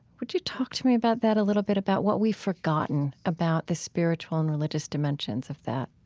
would you talk to me about that a little bit, about what we've forgotten about the spiritual and religious dimensions of that?